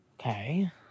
Okay